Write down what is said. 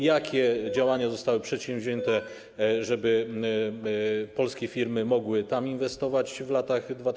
Jakie działania zostały przedsięwzięte, żeby polskie firmy mogły tam inwestować w latach 2018–2019?